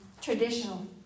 traditional